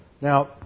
Now